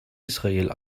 israel